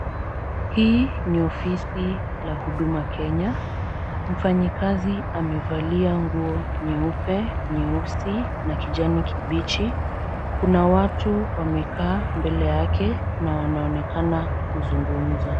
Hii ni ofisi la Huduma Kenya. Mfanyikazi amevalia nguo nyeupe, nyeusi na kijani kibichi. Kuna watu wamekaa mbele yake na wanaonekana kuzungumza